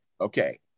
okay